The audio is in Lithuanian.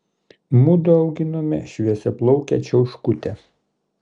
mudu auginome šviesiaplaukę čiauškutę